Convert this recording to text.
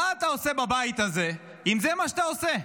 מה אתה עושה בבית הזה, אם זה מה שאתה עושה?